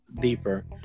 deeper